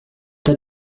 tas